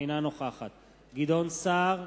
אינה נוכחת גדעון סער,